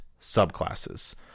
subclasses